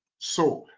so,